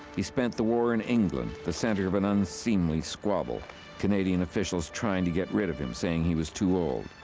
he spent the war in england the centre of an unseemly squabble canadian officials trying to get rid of him, saying he was too old.